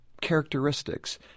characteristics